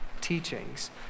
teachings